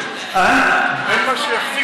אין מה שיחזיק את,